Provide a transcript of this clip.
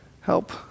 Help